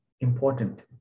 important